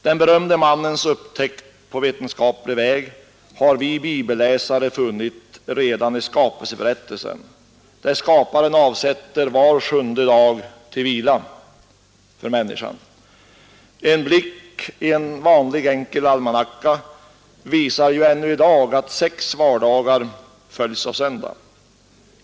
Den berömde mannens upptäckt på vetenskaplig väg har vi bibelläsare funnit redan i skapelseberättelsen, där skaparen avsätter var sjunde dag till vila för människan. En blick i en vanlig enkel almanacka visar ännu i dag att sex vardagar följs av en söndag.